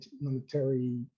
monetary